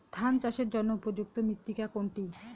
ধান চাষের জন্য উপযুক্ত মৃত্তিকা কোনটি?